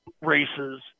races